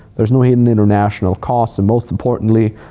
there is no hidden international costs. and most importantly,